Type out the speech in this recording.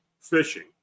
fishing